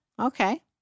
okay